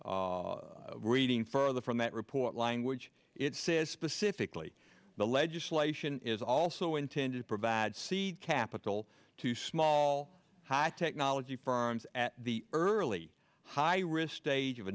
reading further from that report language it says specifically the legislation is also intended to provide seed capital to small high technology firms at the early high risk stage of